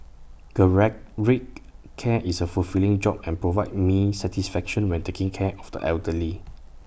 geriatric care is A fulfilling job and provides me satisfaction when taking care of the elderly